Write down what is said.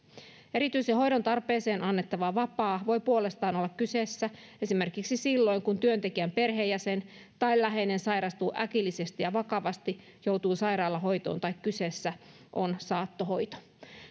erityisen hoidon tarpeeseen annettava vapaa voi puolestaan olla kyseessä esimerkiksi silloin kun työntekijän perheenjäsen tai läheinen sairastuu äkillisesti ja vakavasti joutuu sairaalahoitoon tai kyseessä on saattohoito